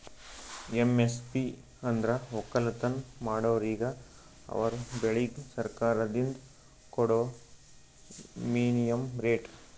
MSP ಅಂದ್ರ ವಕ್ಕಲತನ್ ಮಾಡೋರಿಗ ಅವರ್ ಬೆಳಿಗ್ ಸರ್ಕಾರ್ದಿಂದ್ ಕೊಡಾ ಮಿನಿಮಂ ರೇಟ್